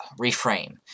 reframe